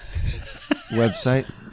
Website